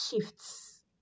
shifts